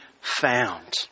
found